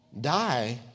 die